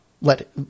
let